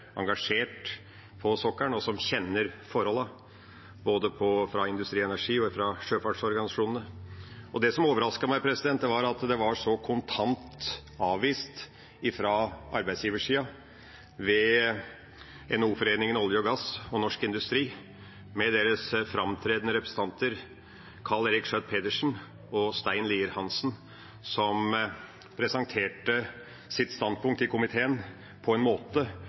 engasjert på sokkelen og kjenner forholdene, både fra Industri Energi og fra sjøfartsorganisasjonene. Det som overrasket meg, var at det ble så kontant avvist fra arbeidsgiversiden ved NHO-foreningen Norsk olje og gass og Norsk Industri med deres framtredende representanter Karl Eirik Schjøtt-Pedersen og Stein Lier-Hansen, som presenterte sitt standpunkt i komiteen på en måte